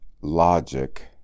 logic